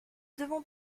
devons